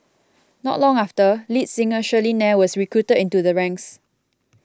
not long after lead singer Shirley Nair was recruited into their ranks